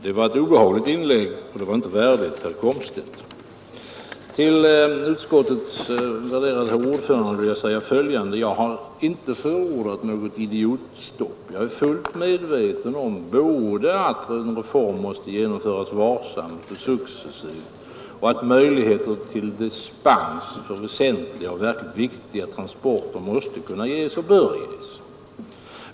Det var ett obehagligt inlägg, och det var inte värdigt herr Komstedt. Till utskottets värderade herr ordförande vill jag säga följande: Jag har inte förordat något idiotstopp. Jag är fullt medveten om både att en reform måste genomföras varsamt och successivt och att möjligheter till dispens för väsentliga och verkligt viktiga transporter måste kunna ges och bör ges.